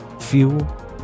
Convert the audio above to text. fuel